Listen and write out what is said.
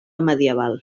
medieval